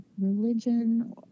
religion